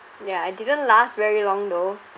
ya I didn't last very long though